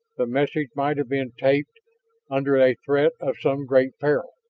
the message might have been taped under a threat of some great peril.